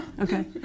Okay